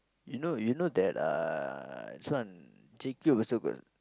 you know you know that uh this one J-Cube also got